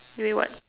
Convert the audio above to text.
you mean what